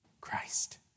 Christ